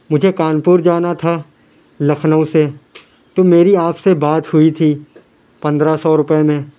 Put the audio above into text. مجھے کانپور جانا تھا لکھنؤ سے تو میری آپ سے بات ہوئی تھی پندرہ سو روپے میں